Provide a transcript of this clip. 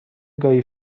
گاهی